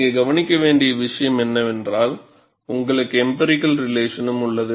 இங்கே கவனிக்க வேண்டிய விஷயம் என்னவென்றால் உங்களுக்கு எம்பிரிக்கல் ரிலேஷனும் உள்ளது